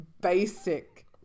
basic